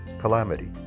calamity